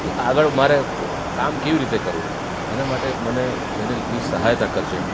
એ આગળ મારે કામ કેવી રીતે કરવું એના માટે મને જેનિલ પ્લીસ સહાયતા કરજે